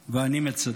ואני מצטט: